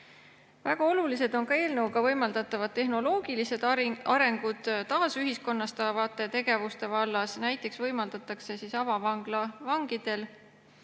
Väga olulised on eelnõuga võimaldatavad tehnoloogilised arengud taasühiskonnastavate tegevuste vallas. Näiteks võimaldatakse avavangla vangidel,